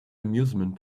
amusement